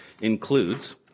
includes